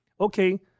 Okay